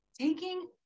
taking